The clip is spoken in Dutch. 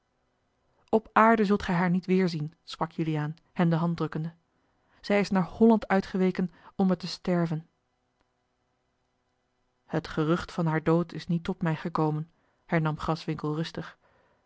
op aarde zult gij haar niet weêrzien sprak juliaan hem de hand drukkende zij is naar holland uitgeweken om er te sterven het gerucht van haar dood is niet tot mij gekomen hernam graswinckel rustig